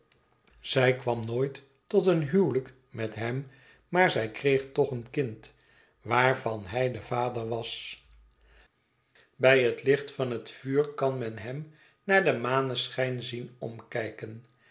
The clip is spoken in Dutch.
zij kwam nooit tot een huwelijk met hem maar zij kreeg toch een kind waarvan hij cle vader was bij het licht van het vuur kan men hem naar den maneschijn zien omkijken